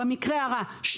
12